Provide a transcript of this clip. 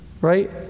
right